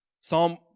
Psalm